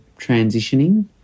transitioning